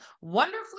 wonderfully